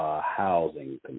housing